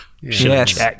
Yes